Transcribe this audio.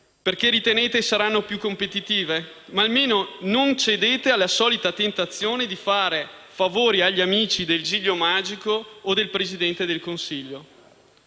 perché ritenete saranno più competitive? Ma almeno non cedete alla solita tentazione di fare favori agli amici del "giglio magico" o del Presidente del Consiglio.